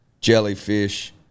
Jellyfish